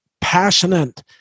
passionate